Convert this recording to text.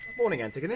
morning, antigone!